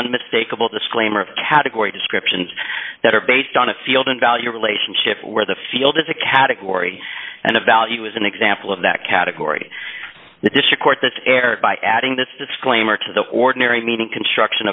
of category descriptions that are based on a field and value relationship where the field is a category and a value is an example of that category the district court that erred by adding this disclaimer to the ordinary meaning construction